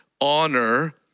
honor